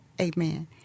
amen